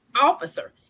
officer